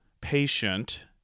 patient